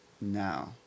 now